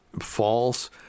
false